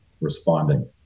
responding